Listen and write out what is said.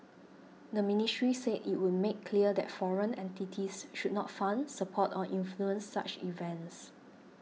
the ministry said it would make clear that foreign entities should not fund support or influence such events